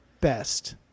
best